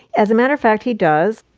as a matter of fact, he does.